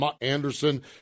Anderson